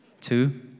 Two